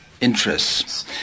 interests